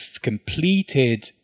completed